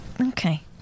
Okay